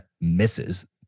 misses